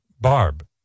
Barb